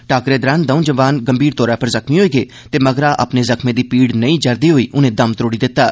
टाक्करे दौरान दौ जवान गंभीर तौर उप्पर जख्मीं होई गे ते मगरा अपने जख्में दी पीड़ नेईं जरदे होई उनें दम त्रोड़ी दित्ता